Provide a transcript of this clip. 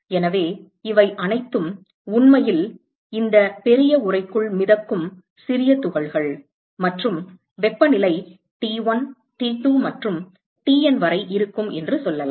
எனவே இவை அனைத்தும் உண்மையில் இந்த பெரிய உறைக்குள் மிதக்கும் சிறிய துகள்கள் மற்றும் வெப்பநிலை T1 T2 மற்றும் TN வரை இருக்கும் என்று சொல்லலாம்